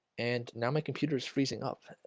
and now my computer is freezing up.